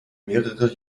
mehrere